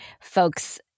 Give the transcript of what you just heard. folks